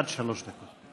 עד שלוש דקות.